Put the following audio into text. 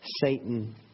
Satan